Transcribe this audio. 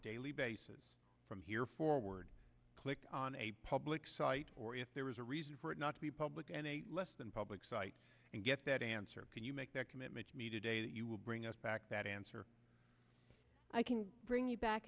daily basis from here forward click on a public site or if there is a reason for it not to be public and less than public sites and get that answer can you make that commitment to me today that you will bring us back that answer i can bring you back